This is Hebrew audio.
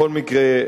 בכל מקרה,